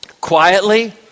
quietly